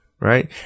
right